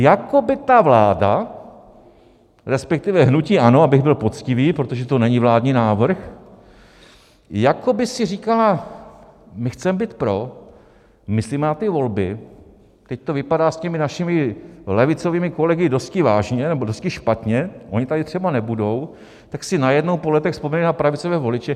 Jako by ta vláda, resp. hnutí ANO, abych byl poctivý, protože to není vládní návrh, jako by si říkala, my chceme být pro, myslíme na ty volby, teď to vypadá s našimi levicovými kolegy dosti vážně nebo dosti špatně, oni tady třeba nebudou, tak si najednou po letech vzpomněli na pravicové voliče.